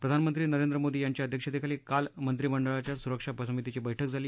प्रधानमंत्री नरेंद्र मोदी यांच्या अध्यक्षतेखाली काल मंत्रिमंडळाच्या सुरक्षा समितीची बैठक झाली